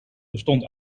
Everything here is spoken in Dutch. bestond